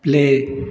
play